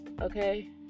okay